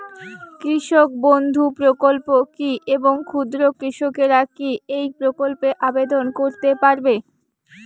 কৃষক বন্ধু প্রকল্প কী এবং ক্ষুদ্র কৃষকেরা কী এই প্রকল্পে আবেদন করতে পারবে?